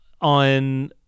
on